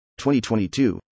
2022